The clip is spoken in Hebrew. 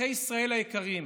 אזרחי ישראל היקרים,